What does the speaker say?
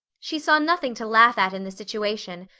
she saw nothing to laugh at in the situation,